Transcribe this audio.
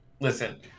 Listen